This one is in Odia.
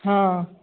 ହଁ